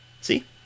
See